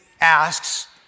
asks